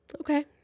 okay